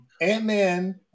Ant-Man